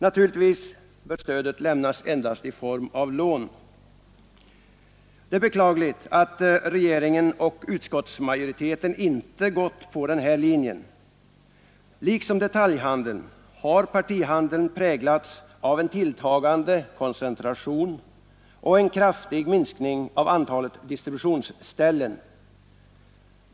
Naturligtvis bör stödet lämnas endast i form av lån. Det är beklagligt att regeringen och utskottsmajoriteten inte gått på den här linjen. Liksom detaljhandeln har partihandeln präglats av en tilltagande koncentration och en kraftig minskning av antalet distributionsställen.